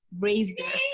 raised